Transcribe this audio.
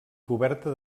coberta